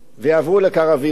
ויעברו לקרווילות,